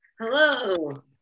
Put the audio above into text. Hello